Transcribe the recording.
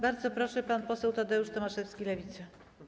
Bardzo proszę, pan poseł Tadeusz Tomaszewski, Lewica.